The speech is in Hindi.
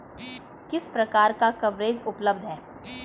किस प्रकार का कवरेज उपलब्ध है?